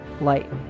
light